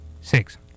Six